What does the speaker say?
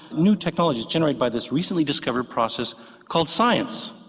new technology generated by this recently discovered process called science,